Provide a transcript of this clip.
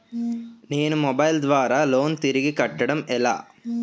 నేను మొబైల్ ద్వారా లోన్ తిరిగి కట్టడం ఎలా?